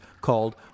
called